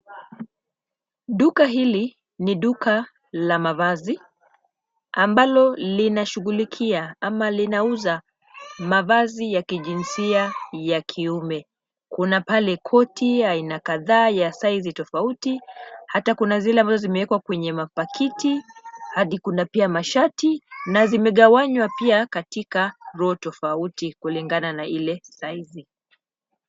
Duka hili ni duka la mavazi ambalo linashughulikia ama linauza mavazi ya kijinsia ya kiume. Kuna pale koti aina kadha ya size tofauti. Hata kuna zile ambazo zimewekwa kwenye mapakiti hadi kuna pia mashati na zimegawanywa pia katika row tofauti kulingana na ile size.